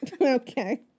Okay